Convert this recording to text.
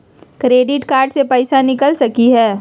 Credit card से पैसा निकल सकी हय?